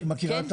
כן.